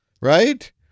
Right